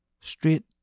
Straight